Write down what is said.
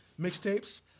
mixtapes